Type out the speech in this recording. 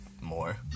more